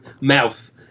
mouth